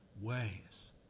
ways